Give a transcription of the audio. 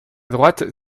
droite